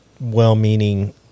well-meaning